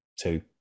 two